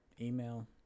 Email